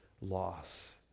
loss